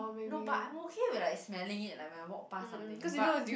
no but I'm okay with like smelling it like when I walk pass something but